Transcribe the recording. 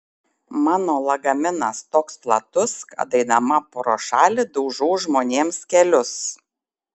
mano lagaminas toks platus kad eidama pro šalį daužau žmonėms kelius